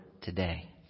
today